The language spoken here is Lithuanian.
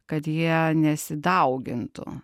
kad jie nesidaugintų